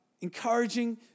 encouraging